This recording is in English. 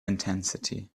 intensity